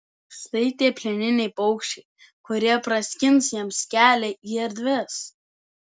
štai tie plieniniai paukščiai kurie praskins jiems kelią į erdves